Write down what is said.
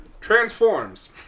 transforms